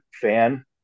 fan